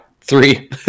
three